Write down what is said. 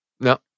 No